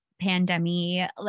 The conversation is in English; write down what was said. pandemic